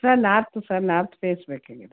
sir north sir north face ಬೇಕಾಗಿದೆ